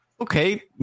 Okay